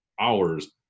hours